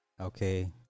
Okay